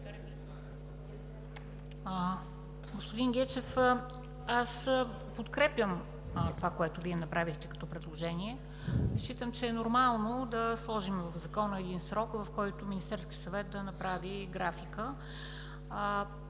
Господин Гечев, аз подкрепям това, което Вие направихте като предложение. Считам, че е нормално да сложим в Закона един срок, в който Министерският съвет да направи графика.